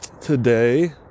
today